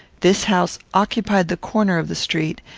this house occupied the corner of the street,